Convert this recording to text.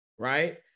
Right